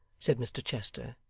said mr chester,